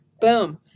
boom